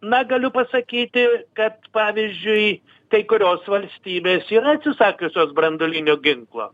na galiu pasakyti kad pavyzdžiui kai kurios valstybės yra atsisakiusios branduolinio ginklo